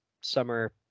summer